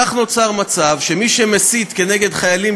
כך נוצר מצב שמי שמסית כנגד חיילים